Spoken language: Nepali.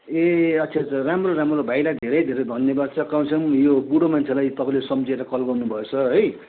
ए अच्छा अच्छा राम्रो राम्रो भाइलाई धेरै धेरै धन्यवाद छ कम से कम यो बुढो मान्छेलाई तपाईँले सम्झिएर कल गर्नुभएछ है